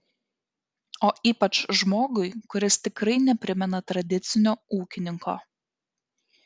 o ypač žmogui kuris tikrai neprimena tradicinio ūkininko